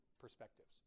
perspectives